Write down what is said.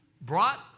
brought